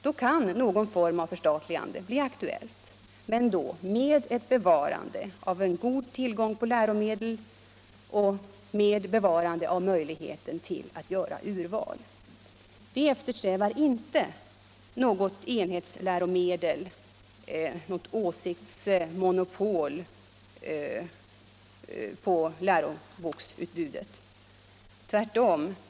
Då kan någon form av förstatligande bli aktuell — men med bevarande av god tillgång på läromedel och möjligheter att göra urval. Vi eftersträvar inte något enhetsläromedel, något åsiktsmonopol på läroboksutbudet. Tvärtom!